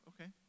okay